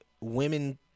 women